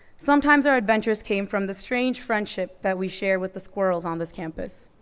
sometimes our adventures came from the strange friendship that we share with the squirrels on this campus.